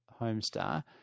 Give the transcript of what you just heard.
Homestar